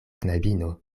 knabino